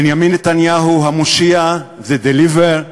בנימין נתניהו הוא המושיע, the deliver,